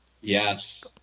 Yes